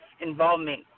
involvement